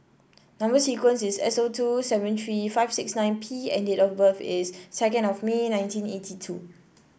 number sequence is S O two seven three five six nine P and date of birth is second of May nineteen eighty two